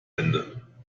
ende